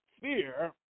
fear